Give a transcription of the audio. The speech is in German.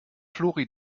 flori